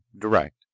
direct